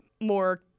more